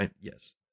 Yes